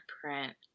print